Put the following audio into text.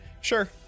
Sure